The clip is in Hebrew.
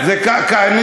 כחלון.